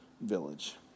village